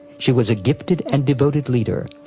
she was a gifted and devoted leader,